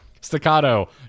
Staccato